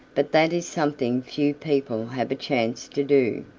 but that is something few people have a chance to do.